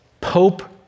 Pope